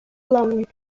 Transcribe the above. belonging